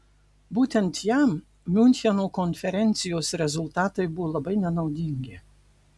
būtent jam miuncheno konferencijos rezultatai buvo labai nenaudingi